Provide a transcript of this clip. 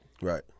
Right